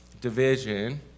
division